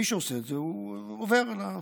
מי שעושה את זה עובר על ההנחיות.